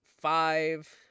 five